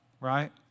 Right